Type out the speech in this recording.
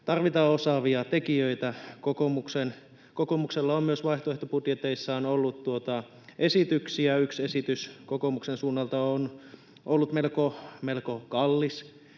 tarvitaan osaavia tekijöitä. Kokoomuksella on myös vaihtoehtobudjeteissaan ollut esityksiä. Yksi esitys kokoomuksen suunnalta on ollut melko kallis,